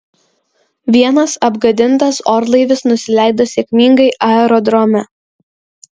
vienas apgadintas orlaivis nusileido sėkmingai aerodrome